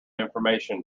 information